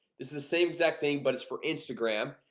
this is the same exact thing, but it's for instagram,